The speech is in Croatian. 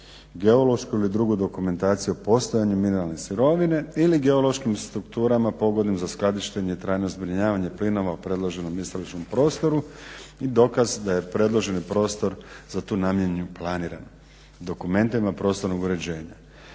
geološku ili drugu dokumentaciju o postojanju mineralne sirovine ili geološkim strukturama pogodnim za skladištenje i trajno zbrinjavanje plinova u predloženom istražnom prostoru i dokaz da je predloženi prostor za tu namjenu planiran dokumentima prostornog uređenja.